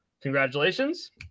congratulations